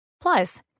Plus